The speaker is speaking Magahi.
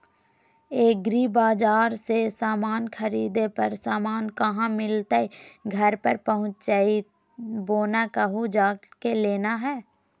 एग्रीबाजार से समान खरीदे पर समान कहा मिलतैय घर पर पहुँचतई बोया कहु जा के लेना है?